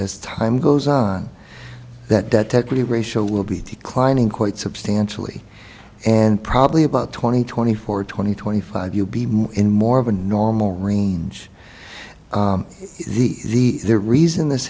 as time goes on that the ratio will be declining quite substantially and probably about twenty twenty four twenty twenty five you'll be in more of a normal range the reason this